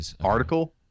article